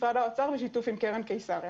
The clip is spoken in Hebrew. משרד האוצר בשיתוף עם קרן קיסריה.